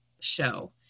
show